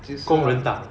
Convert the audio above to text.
就是 lah